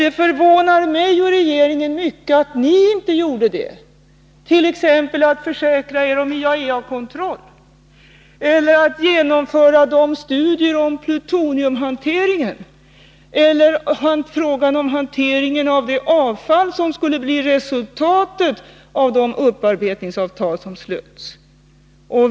Det förvånade mig och regeringen mycket att ni inte gjorde det, t.ex. försäkrade er om IAEA kontroll eller genomförde studier av plutoniumhanteringen eller frågan om hanteringen av det avfall som skulle bli resultatet av det upparbetningsavtal som slöts.